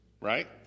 right